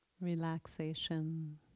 relaxation